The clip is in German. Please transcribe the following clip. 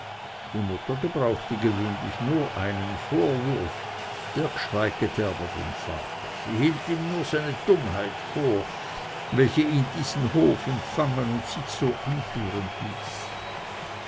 die mutter gebrauchte gewöhnlich nur einen vorwurf der g'schweiggete aber den vater sie hielt ihm nur seine dummheit vor welche ihn diesen hof empfangen und sich so anführen ließ